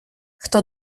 хто